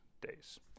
days